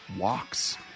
walks